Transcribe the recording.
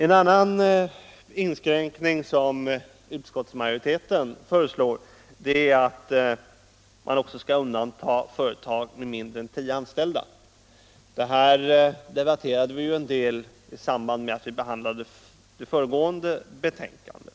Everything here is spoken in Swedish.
En annan inskränkning som utskottsmajoriteten föreslår är att man - Obligatorisk skall undanta företag med mindre än tio anställda; den saken debatterade — platsanmälan till vi en del i samband med behandlingen av föregående betänkande.